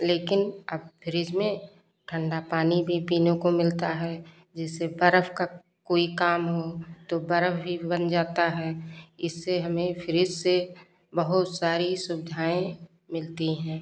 लेकिन अब फ्रिज में ठंडा पानी भी पीने को मिलता है जिससे बर्फ़ का कोई काम हो तो बर्फ़ भी बन जाता है इससे हमें फ्रिज से बहुत सारी सुविधाएँ मिलती हैं